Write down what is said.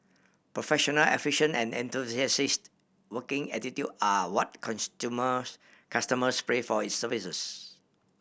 professional efficient and enthusiastic working attitude are what customers pray for its services